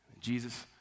Jesus